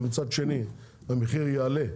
ומצד שני המחיר יעלה,